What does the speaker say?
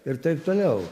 ir taip toliau